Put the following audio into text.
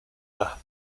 las